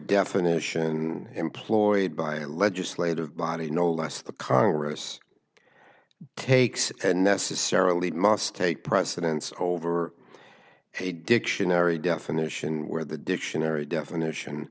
definition employed by a legislative body no less the congress takes necessarily must take precedence over a dictionary definition where the dictionary definition